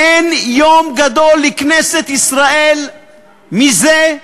אין יום גדול לכנסת ישראל מזה,